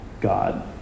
God